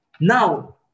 Now